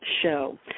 show